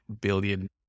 billion